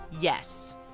yes